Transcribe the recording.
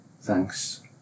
thanks